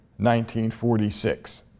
1946